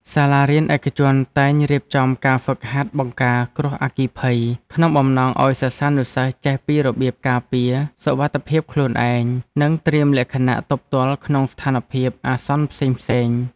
សាលារៀនឯកជនតែងរៀបចំការហ្វឹកហាត់បង្ការគ្រោះអគ្គិភ័យក្នុងបំណងឱ្យសិស្សានុសិស្សចេះពីរបៀបការពារសុវត្ថិភាពខ្លួនឯង និង ត្រៀមលក្ខណៈទប់ទល់ក្នុងស្ថានភាពអាសន្នផ្សេងៗ។